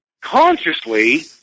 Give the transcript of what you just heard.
consciously